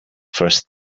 first